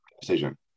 decision